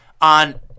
on